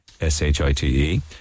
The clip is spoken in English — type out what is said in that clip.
S-H-I-T-E